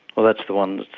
that's the one,